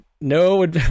No